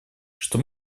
что